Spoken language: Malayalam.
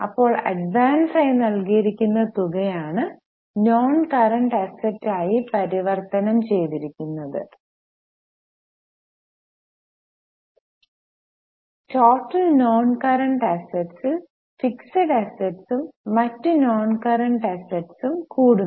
അപ്പോൾ അഡ്വാൻസ് ആയി നൽകിയിരുന്ന തുക ആണ് നോൺ കറന്റ് അസ്സെറ്റ് ആയി പരിവർത്തനം ചെയ്തിരിക്കുന്നത് ടോട്ടൽ നോൺ കറൻറ് അസ്സെറ്റിൽ ഫിക്സഡ് അസ്സെറ്റും മറ്റു നോൺ കറൻറ് അസ്സെറ്റും കൂടുന്നു